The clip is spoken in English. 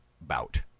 bout